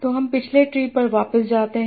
तो हम पिछले ट्री पर वापस जाते हैं